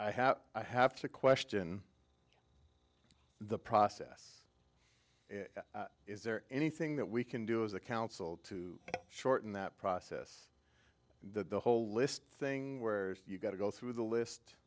have i have to question the process is there anything that we can do as a council to shorten that process the whole list thing where you've got to go through the list